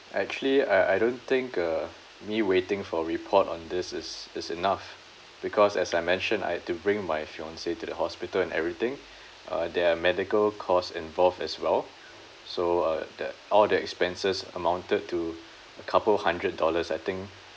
actually I I don't think uh me waiting for report on this is is enough because as I mentioned I had to bring my fiancee to the hospital and everything uh there are medical cost involved as well so uh that all the expenses amounted to a couple of hundred dollars I think